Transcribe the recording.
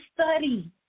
study